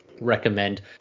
Recommend